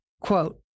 Quote